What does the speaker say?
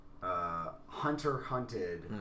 hunter-hunted